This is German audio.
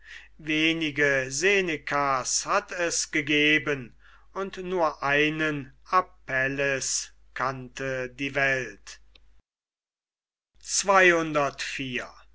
wenige senekas hat es gegeben und nur einen apelles kannte die welt